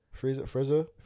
Frieza